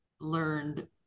learned